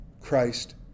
christ